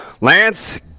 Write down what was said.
Lance